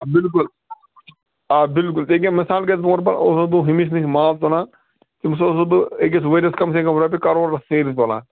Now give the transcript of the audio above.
بِلکُل آ بِلکُل یہِ کہِ مِثال کہِ طور پر اوسُس بہٕ ہُمِس نِش مال تُلان تٔمِس اوسُس بہٕ أکِس ؤرِیس کَم سے کَم رۄپیہِ کَروڑس سیٚرِ تُلان